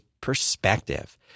perspective